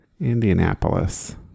Indianapolis